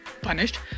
punished